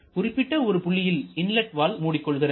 குறிப்பிட்ட ஒரு புள்ளியில் இன்லட் வால்வு மூடிக்கொள்கிறது